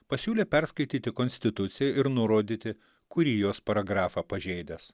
pasiūlė perskaityti konstituciją ir nurodyti kurį jos paragrafą pažeidęs